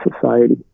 society